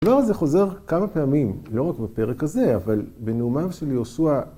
הדבר הזה חוזר כמה פעמים, לא רק בפרק הזה, אבל בנאומם שלי יהושע...